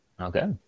Okay